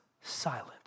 silent